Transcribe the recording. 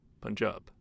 Punjab